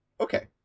okay